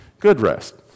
Goodrest